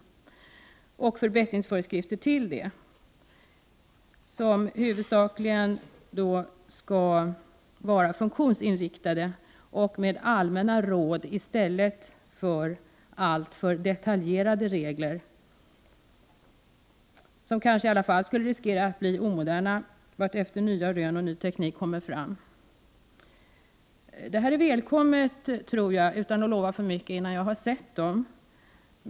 Därtill kommer förbättringsföreskrifter, som huvudsakligen skall vara funktionsinriktade och innehålla allmänna råd i stället för alltför detaljerade regler, som kanske i alla fall skulle bli omoderna vartefter nya rön och ny teknik kommer fram. Dessa föreskrifter är välkomna, tror jag utan att lova för mycket innan jag har sett dem.